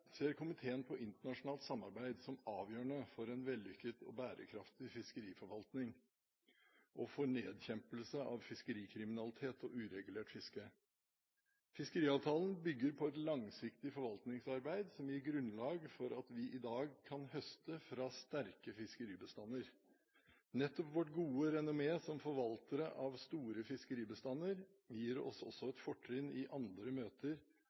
ser komiteen på internasjonalt samarbeid som avgjørende for en vellykket og bærekraftig fiskeriforvaltning og for nedkjempelse av fiskerikriminalitet og uregulert fiske. Fiskeriavtalene bygger på et langsiktig forvaltningsarbeid som gir grunnlag for at vi i dag kan høste fra sterke fiskebestander. Nettopp vårt gode rennommé som forvaltere av store fiskebestander gir oss også et fortrinn i andre møter